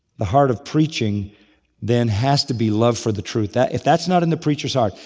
the heart of preaching then has to be love for the truth. if that's not in the preacher's heart,